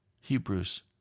Hebrews